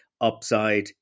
upside